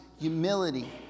humility